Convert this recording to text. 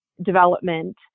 development